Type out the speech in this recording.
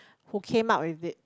who came out with it